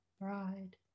bride